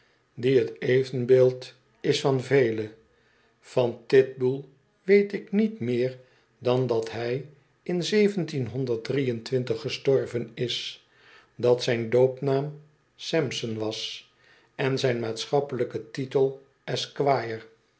die het evenbeeld is van vele van titbull weet ik niet meer dan dat hij in gestorven is dat zijn doopnaam sampson was en zijn maatschappelijke titel